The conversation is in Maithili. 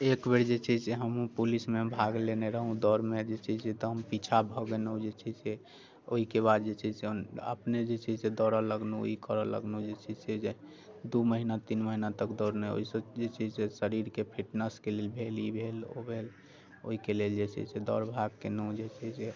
एक बेर जे छै से हमहुँ पुलिसमे भाग लेने रहौँ दौड़मे जे छै से तऽ हम पीछा भऽ गेलहुँ जे छै से ओहिके बाद जे छै से हम अपने जे छै से दौड़ऽ लगलहुँ ई करऽ लगलहुँ जे छै से जे दू महिना तीन महिना तक दौड़नाि ओहि जे छै से शरीरके फिटनेसके लेल भेल ई भेल ओ भेल ओहिके लेल जे छै से दौड़ भाग कयलहुँ जे छै से